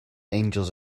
angels